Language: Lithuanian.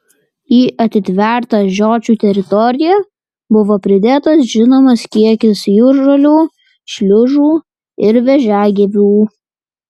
į atitvertą žiočių teritoriją buvo pridėtas žinomas kiekis jūržolių šliužų ir vėžiagyvių